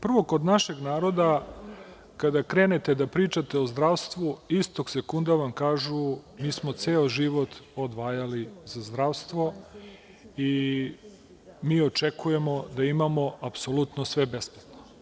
Prvo kod našeg naroda kada krenete da pričate o zdravstvu, istog sekunda vam kažu mi smo ceo život odvajali za zdravstvo i mi očekujemo da imamo apsolutno sve besplatno.